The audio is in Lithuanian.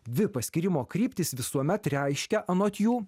dvi paskyrimo kryptys visuomet reiškia anot jų